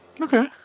Okay